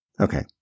Okay